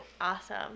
Awesome